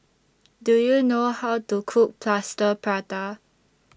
Do YOU know How to Cook Plaster Prata